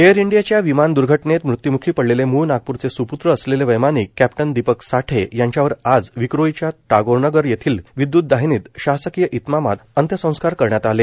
air इंडियाच्या विमान दुर्घटनेत मृत्यूमुखी पडलेले मूळ नागपूरचे सुपुत्र असलेले वैमानिक कॅप्टन दीपक साठे यांच्यावर आज विक्रोळीच्या टागोर नगर येथील विद्युतदाहिनीत शासकीय इतमामात अंत्यसंस्कार करण्यात आले